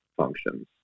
functions